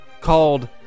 called